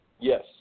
Yes